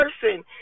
person